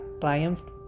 triumphed